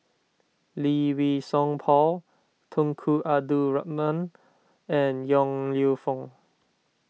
Lee Wei Song Paul Tunku Abdul Rahman and Yong Lew Foong